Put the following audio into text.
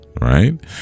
right